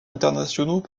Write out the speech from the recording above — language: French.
internationaux